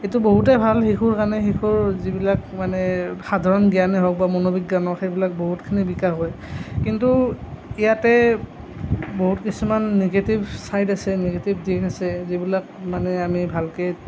এইটো বহুতেই ভাল শিশুৰ কাৰণে শিশুৰ যিবিলাক মানে সাধাৰণ জ্ঞানেই হওক বা মনোবিজ্ঞান হওক সেইবিলাক বহুতখিনি বিকাশ হয় কিন্তু ইয়াতে বহুত কিছুমান নিগেটিভ চাইড আছে নিগেটিভ দিশ আছে যিবিলাক মানে আমি ভালকৈ